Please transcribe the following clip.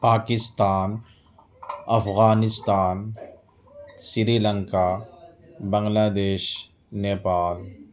Pakistan Afghanistan Sri Lanka Bangladesh Nepal